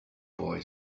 boy